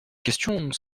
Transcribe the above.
questions